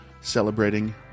celebrating